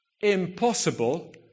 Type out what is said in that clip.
impossible